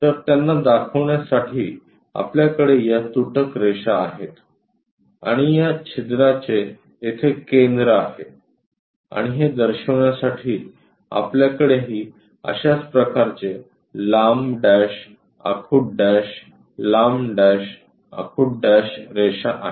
तर त्यांना दाखवण्यासाठी आपल्याकडे या तुटक रेषा आहेत आणि या छिद्राचे येथे केंद्र आहे आणि हे दर्शविण्यासाठी आपल्याकडेही अशाच प्रकारे लांब डॅश आखुड डॅश लांब डॅश आखुड डॅश रेषा आहेत